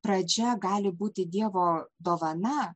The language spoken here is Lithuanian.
pradžia gali būti dievo dovana